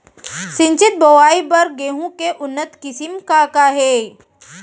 सिंचित बोआई बर गेहूँ के उन्नत किसिम का का हे??